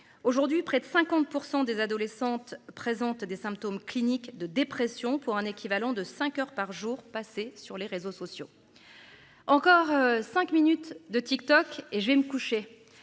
aujourd'hui près de 50% des adolescentes présentent des symptômes cliniques de dépression pour un équivalent de 5h par jour passé sur les réseaux sociaux. Encore cinq minutes de TikTok et je vais me coucher.